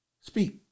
speak